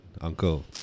Uncle